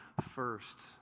first